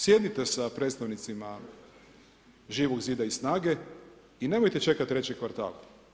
Sjednite sa predstavnicima Živog zida i SNAGA-e i nemojte čekati 3 kvartal.